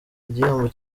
igihembo